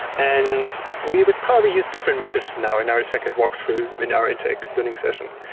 and we would probably use different messages now in our second walk-through in our interactive learning session.